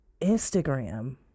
instagram